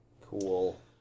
Cool